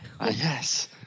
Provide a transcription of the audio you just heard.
Yes